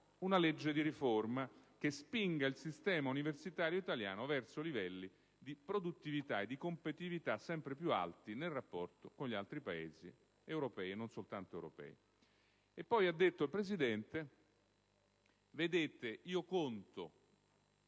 una legge di riforma che spinga il sistema universitario italiano verso livelli di produttività e di competitività sempre più alti nel rapporto con gli altri Paesi, europei e non soltanto europei». Ha detto poi il Presidente, e questo